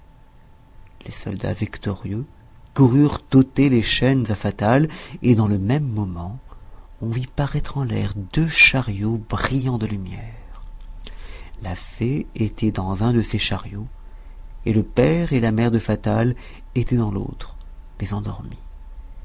les soldats victorieux coururent ôter les chaînes à fatal et dans le même moment on vit paraître en l'air deux chariots brillants de lumière la fée était dans un de ces chariots et le père et la mère de fatal étaient dans l'autre mais endormis